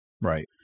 Right